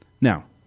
Now